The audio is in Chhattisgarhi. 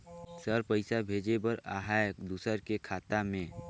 सर पइसा भेजे बर आहाय दुसर के खाता मे?